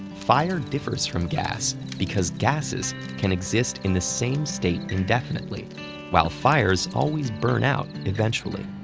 fire differs from gas because gases can exist in the same state indefinitely while fires always burn out eventually.